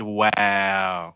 wow